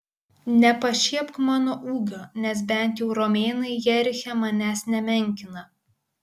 nepašiepk mano ūgio nes bent jau romėnai jeriche manęs nemenkina